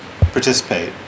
participate